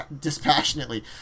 dispassionately